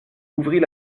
ouvrit